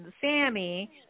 Sammy